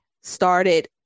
started